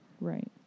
Right